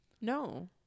No